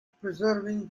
preserving